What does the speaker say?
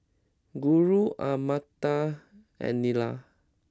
Guru Amartya and Neila